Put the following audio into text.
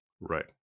Right